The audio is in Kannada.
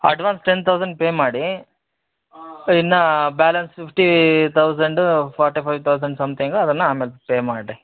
ಅಡ್ವಾನ್ಸ್ ಟೆನ್ ತೌಸಂಡ್ ಪೇ ಮಾಡಿ ಇನ್ನ balance fifty thousand forty five thousand something ಅದನ್ನ ಆಮೇಲೆ ಪೇ ಮಾಡ್ರಿ